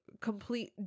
complete